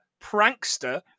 prankster